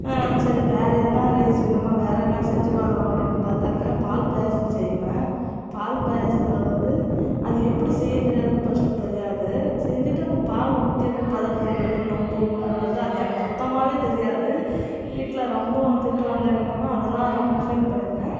சரி வேறு எதுனா ரைஸ் விதமாக வேறு எதுனா செஞ்சு பார்க்கலாம் அப்படின்னு பார்த்தாக்கா பால் பாயாசம் செய்வேன் பால் பாயாசத்தில் வந்து அது எப்படி செய்ய தெரியாதுன்னு ஃபஸ்ட்டு தெரியாது செஞ்சிட்டு அந்த பாலை ஊற்றி அப்படியே பதத்தில் எடுக்கணும் போகணுறது அது எனக்கு சுத்தமா தெரியாது வீட்டில் ரொம்பவும் திட்டுவாங்களோ என்னமோன்னு அதெல்லாம் ரொம்ப ஃபீல் பண்ணியிருக்கேன்